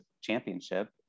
championship